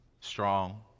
strong